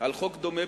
על חוק דומה,